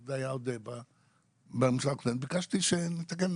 זה היה בממשלה הקודמת, וביקשתי שנתקן.